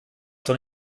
doch